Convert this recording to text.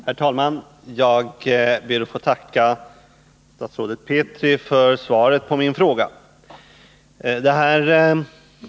Herr talman! Jag ber att få tacka statsrådet Petri för svaret på min fråga.